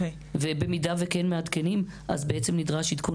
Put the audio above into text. ובמידה שכן מעדכנים בעצם נדרש עדכון